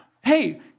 hey